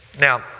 Now